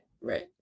right